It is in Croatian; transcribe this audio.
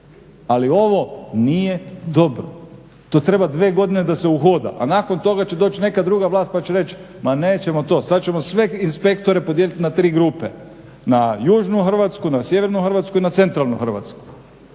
Ali ovo nije dobro. To treba dvije godine da se uhoda, a nakon toga će doći neka druga vlast pa će reći ma nećemo to sad ćemo sve inspektore podijeliti na tri grupe. Na južnu Hrvatsku, na sjevernu Hrvatsku i na centralnu Hrvatsku.